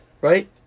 right